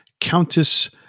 Countess